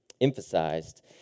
emphasized